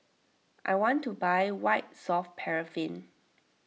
I want to buy White Soft Paraffin